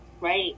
right